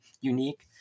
unique